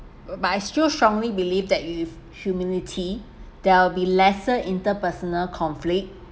but I still strongly believe that with humility there'll be lesser interpersonal conflict